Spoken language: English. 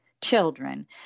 children